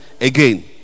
again